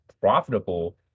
profitable